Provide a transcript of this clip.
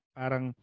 parang